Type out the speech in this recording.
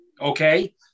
Okay